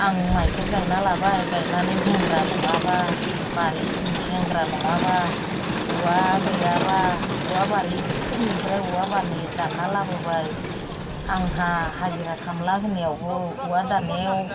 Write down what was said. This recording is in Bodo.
आं माइखौ गायना लाबाय गायनानै हेंग्रा नङाबा बारि हेंग्रा नङाबा औवा गैयाबा औवा बारिफोरनिफ्राय औवा बाननै दानना लाबोबाय आंहा हाजिरा खामला होनायावबो औवा दाननायाव